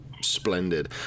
splendid